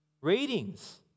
Ratings